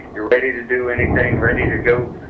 you're ready to do anything, ready to go,